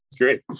great